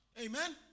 Amen